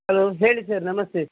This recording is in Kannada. ಹಲೋ ಹೇಳಿ ಸರ್ ನಮಸ್ತೆ